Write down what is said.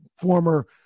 former